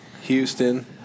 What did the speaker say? houston